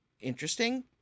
interesting